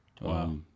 Wow